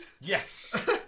Yes